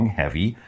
heavy